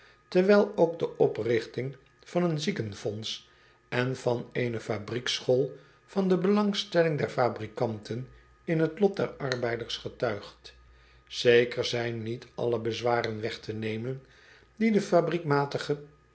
terwijl ook de oprigting van een ziekenfonds en van eene fabrieksschool van de belangstelling der fabrikanten in het lot der arbeiders getuigt eker zijn niet alle bezwaren weg te nemen die de